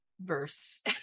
verse